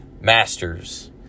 Masters